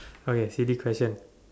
okay silly question